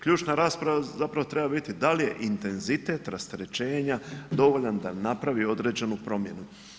Ključna rasprava zapravo treba biti da li je intenzitet rasterećenja dovoljan da napravi određenu promjenu.